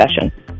session